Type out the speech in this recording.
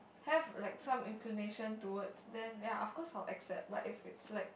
have like some inclination towards then ya of course I will accept but if it's like